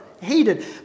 hated